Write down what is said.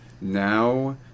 now